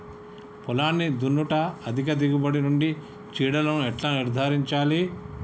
పొలాన్ని దున్నుట అధిక దిగుబడి నుండి చీడలను ఎలా నిర్ధారించాలి?